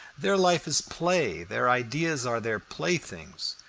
their life is play, their ideas are their playthings,